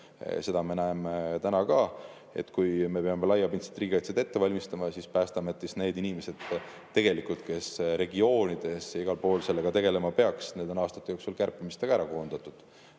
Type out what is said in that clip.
Seda me näeme täna ka, et kui me peame laiapindset riigikaitset ette valmistama, siis Päästeametis need inimesed, kes regioonides ja igal pool sellega tegelema peaks, on aastate jooksul kärpimistega ära koondatud